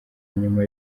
nyuma